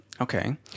Okay